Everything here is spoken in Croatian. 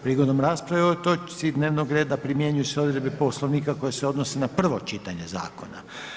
Prigodom rasprave o ovoj točci dnevnog reda primjenjuju se odredbe Poslovnika koje se odnose na prvo čitanje zakona.